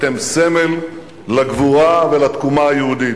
אתם סמל לגבורה ולתקומה היהודית,